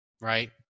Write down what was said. Right